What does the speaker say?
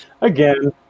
again